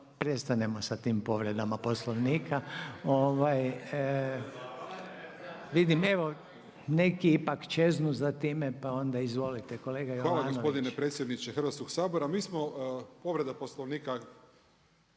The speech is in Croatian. prestanemo sa tim povredama Poslovnika. Evo neki ipak čeznu za time pa onda izvolite, kolega Jovanović. **Jovanović, Željko (SDP)** Hvala gospodine predsjedniče Hrvatskog sabora. Mi smo, povreda Poslovnika